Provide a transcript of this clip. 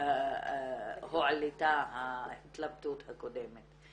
הועלתה ההתלבטות הקודמת.